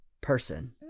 person